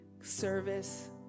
service